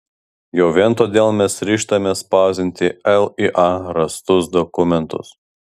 jau vien todėl mes ryžtamės spausdinti lya rastus dokumentus